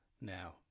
Now